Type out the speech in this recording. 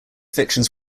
fictions